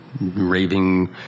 raving